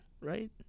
right